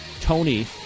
Tony